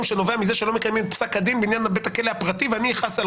שנובע מזה שלא מקיימים את פסק הדין בעניין בית הכלא הפרטי ואני אכעס על